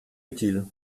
utile